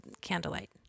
candlelight